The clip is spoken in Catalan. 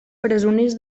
presoners